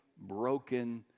broken